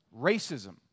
racism